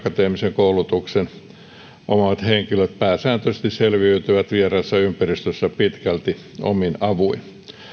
koulutuksen omaavat henkilöt pääsääntöisesti selviytyvät vieraassa ympäristössä pitkälti omin avuin